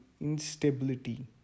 instability